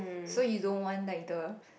so you don't want nighter